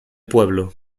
pueblo